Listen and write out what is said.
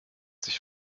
sich